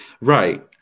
Right